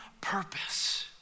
purpose